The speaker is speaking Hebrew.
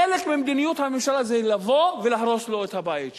חלק ממדיניות הממשלה זה לבוא ולהרוס לו את הבית שלו.